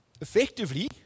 effectively